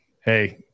hey